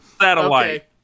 satellite